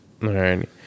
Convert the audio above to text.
Right